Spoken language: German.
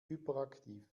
hyperaktiv